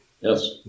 Yes